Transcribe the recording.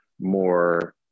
more